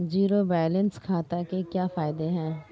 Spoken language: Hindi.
ज़ीरो बैलेंस खाते के क्या फायदे हैं?